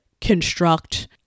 construct